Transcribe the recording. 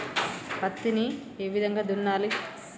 పత్తిని ఏ విధంగా దున్నాలి?